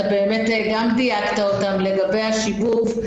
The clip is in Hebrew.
אתה גם דייקת אותם לגבי השיבוב: